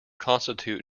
constitute